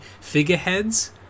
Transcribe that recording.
figureheads